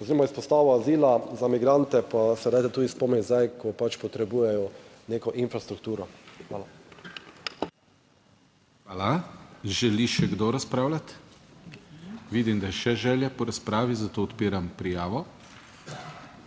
oziroma izpostavo azila za migrante, pa se dajte tudi spomniti zdaj, ko pač potrebujejo neko infrastrukturo. Hvala. **PODPREDSEDNIK DANIJEL KRIVEC:** Hvala. Želi še kdo razpravljati? Vidim, da je še želja po razpravi, zato odpiram prijavo.